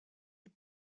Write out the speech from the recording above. the